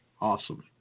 Awesome